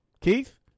Keith